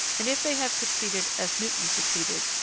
and if they have succeeded as newton succeeded,